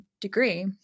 degree